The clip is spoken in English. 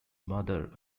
mother